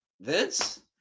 vince